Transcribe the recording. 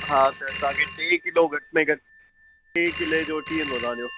हा त तव्हांखे टे किलो घटि में घटि टी किले जो थी वेंदो तव्हांजो